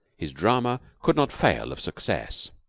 his drama could not fail of success.